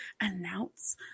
announce